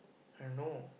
I know